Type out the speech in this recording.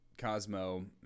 Cosmo